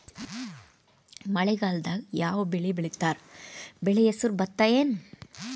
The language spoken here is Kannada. ಮಳೆಗಾಲದಾಗ್ ಯಾವ್ ಬೆಳಿ ಬೆಳಿತಾರ, ಬೆಳಿ ಹೆಸರು ಭತ್ತ ಏನ್?